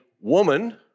woman